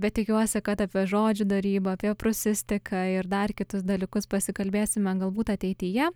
bet tikiuosi kad apie žodžių darybą apie prūsistiką ir dar kitus dalykus pasikalbėsime galbūt ateityje